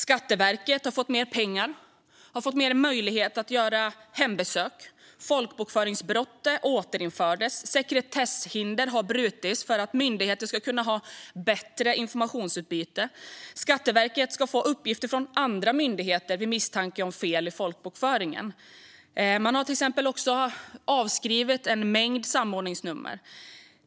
Skatteverket har fått mer pengar och fler möjligheter att göra hembesök, folkbokföringsbrottet har återinförts och sekretesshinder har brutits för att få bättre informationsutbyte mellan myndigheter. Skatteverket ska få uppgifter från andra myndigheter vid misstanke om fel i folkbokföringen, och en mängd samordningsnummer har avskrivits.